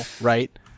right